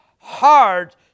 hard